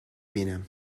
بینم